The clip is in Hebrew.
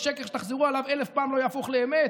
שקר שתחזרו עליו אלף פעם לא יהפוך לאמת.